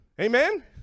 Amen